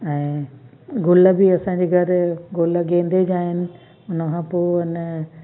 ऐं गुल बि असांजे घर गुल गेंदे जा आहिनि उनखां पोइ आहिनि